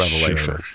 Revelation